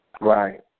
Right